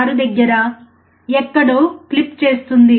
6 దగ్గర ఎక్కడో క్లిప్ చేస్తుంది